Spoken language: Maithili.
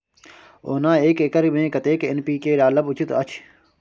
ओना एक एकर मे कतेक एन.पी.के डालब उचित अछि?